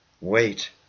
Wait